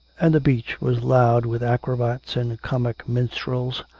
and the beach was loud with acrobats and comic minstrels,